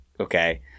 okay